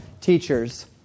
teachers